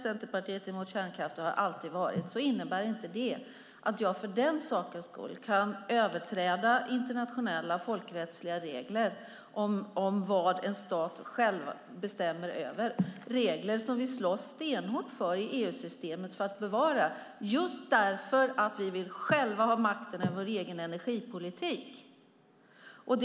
Centerpartiet är emot kärnkraft, och det har det alltid varit. Men det innebär inte att jag för den sakens skull kan överträda internationella folkrättsliga regler om vad en stat själv bestämmer över. Det är regler som vi slåss stenhårt för att bevara i EU-systemet just därför att vi själva vill ha makten över vår egen energipolitik.